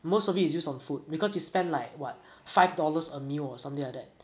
most of it is used on food because you spend like what five dollars a meal or something like that